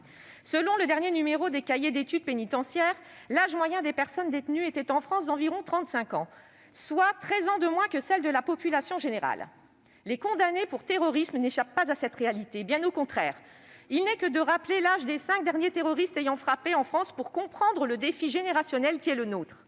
Selon le dernier numéro des, l'âge moyen des personnes détenues était en France d'environ 35 ans, soit 13 ans de moins que celle de la population générale. Les condamnés pour terrorisme n'échappent pas à cette réalité, bien au contraire. Il n'est que de rappeler l'âge des cinq derniers terroristes ayant frappé en France pour comprendre le défi générationnel qui est le nôtre